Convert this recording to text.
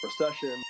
recession